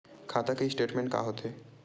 खाता के स्टेटमेंट का होथे?